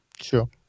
Sure